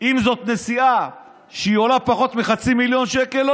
אם זאת נסיעה שהיא עולה פחות מחצי מיליון שקל,